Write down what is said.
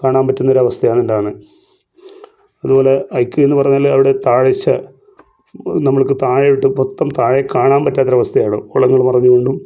കാണാൻ പറ്റുന്ന ഒരു അവസ്ഥയാണ് ഉണ്ടാകുന്നത് അതുപോലെ ഹൈക്ക് എന്നു പറഞ്ഞാൽ അവിടെ താഴ്ച നമ്മൾക്ക് താഴോട്ട് മൊത്തം താഴെ കാണാൻ പറ്റാത്ത ഒരു അവസ്ഥയാണ് ഓളങ്ങൾ മറഞ്ഞു കൊണ്ടും